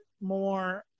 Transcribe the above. more